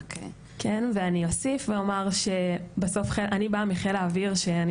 כן ואני אוסיף ואומר שבסוף אני באה מחיל האוויר שאני